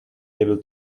able